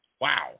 Wow